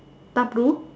dark blue